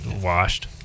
Washed